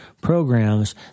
programs